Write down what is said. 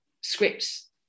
scripts